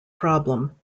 problem